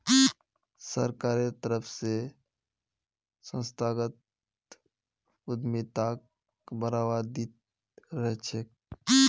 सरकारेर तरफ स संस्थागत उद्यमिताक बढ़ावा दी त रह छेक